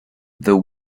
there